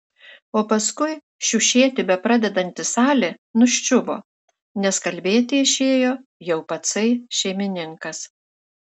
o paskui šiušėti bepradedanti salė nuščiuvo nes kalbėti išėjo jau patsai šeimininkas